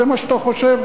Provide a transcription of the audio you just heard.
זה מה שאתה חושב?